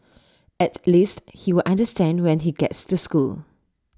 at least he'll understand when he gets to school